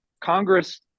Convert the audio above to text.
Congress